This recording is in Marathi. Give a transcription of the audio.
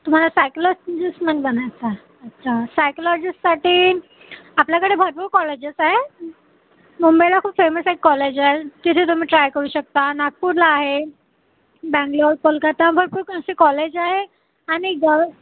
तुम्हाला सायकलॉ बनायचं आहे अच्छा सायकलॉजीससाठी आपल्याकडे भरपूर कॉलेजेस आहे मुंबईला खूप फेमस एक कॉलेज आहे तिथे तुम्ही ट्राय करू शकता नागपूरला आहे बँगलोर कोलकत्ता भरपूर कॉलेज आहे आणि गवर